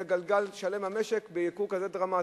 זה יהיה גלגל שלם במשק, ייקור כזה דרמטי.